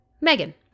Megan